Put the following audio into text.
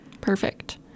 Perfect